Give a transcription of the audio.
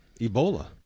Ebola